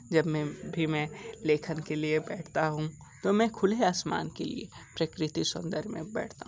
जब मैं भी मैं लेखन के लिए बैठता हूँ तो मैं खुले आसमान के लिए प्रकृति सौन्दर्य में बैठता हूँ